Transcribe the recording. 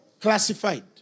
classified